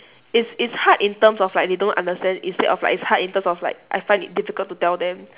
it's it's hard in terms of like they don't understand instead of like it's hard in terms of like I find it difficult to tell them